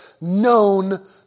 known